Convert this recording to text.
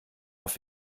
auf